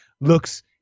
looks